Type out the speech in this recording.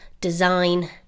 design